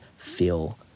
feel